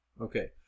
Okay